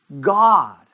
God